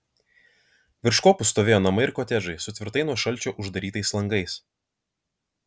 virš kopų stovėjo namai ir kotedžai su tvirtai nuo šalčio uždarytais langais